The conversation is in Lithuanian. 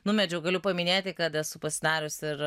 numečiau galiu paminėti kad esu pasidarius ir